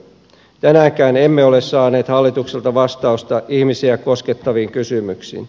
tänäänkään emme ole saaneet hallitukselta vastausta ihmisiä koskettaviin kysymyksiin